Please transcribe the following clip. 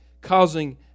causing